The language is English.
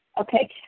Okay